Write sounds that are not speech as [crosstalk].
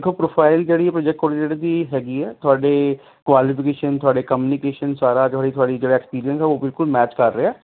ਦੇਖੋ ਪ੍ਰੋਫਾਈਲ ਜਿਹੜੀ project coordinator ਦੀ ਹੈਗੀ ਆ ਤੁਹਾਡੇ ਕੁਆਲੀਫੀਕੇਸ਼ਨ ਤੁਹਾਡੇ ਕਮਨੀਕੇਸ਼ਨ ਸਾਰਾ [unintelligible] ਤੁਹਾਡਾ ਜਿਹੜਾ ਐਕਸਪੀਰੀਅੰਸ ਹੈ ਉਹ ਬਿਲਕੁਲ ਮੈਚ ਕਰ ਰਿਹਾ